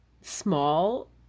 small